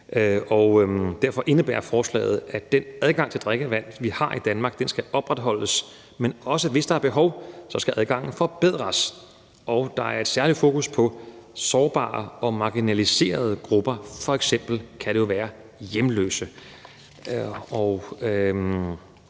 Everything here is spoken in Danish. Derfor indebærer forslaget, at den adgang til drikkevand, vi har i Danmark, skal opretholdes, men også, at hvis der er behov for det, skal adgangen forbedres. Der er særlig fokus på sårbare og marginaliserede grupper, og det kan jo f.eks. være hjemløse.